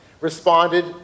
responded